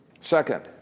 Second